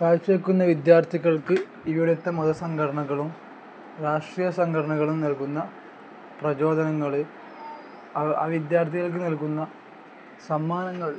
കാഴ്ച വെക്കുന്ന വിദ്യാർത്ഥികൾക്ക് ഇവിടുത്തെ മത സംഘടനകളും രാഷ്ട്രീയ സംഘടനകളും നൽകുന്ന പ്രചോദനങ്ങൾ ആ ആ വിദ്യാർത്ഥികൾക്ക് നൽകുന്ന സമ്മാനങ്ങൾ